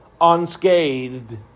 unscathed